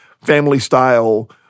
family-style